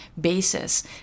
basis